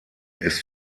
ist